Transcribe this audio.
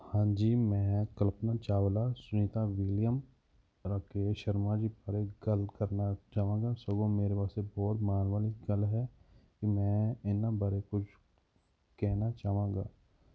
ਹਾਂਜੀ ਮੈਂ ਕਲਪਨਾ ਚਾਵਲਾ ਸੁਨੀਤਾ ਵਿਲੀਅਮ ਰਾਕੇਸ਼ ਸ਼ਰਮਾ ਜੀ ਬਾਰੇ ਗੱਲ ਕਰਨਾ ਚਾਹਾਂਗਾ ਸਗੋਂ ਮੇਰੇ ਵਾਸਤੇ ਬਹੁਤ ਮਾਣ ਵਾਲੀ ਗੱਲ ਹੈ ਕਿ ਮੈਂ ਇਹਨਾਂ ਬਾਰੇ ਕੁਝ ਕਹਿਣਾ ਚਾਹਾਂਗਾ